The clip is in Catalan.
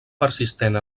persistent